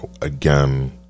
again